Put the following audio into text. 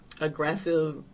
aggressive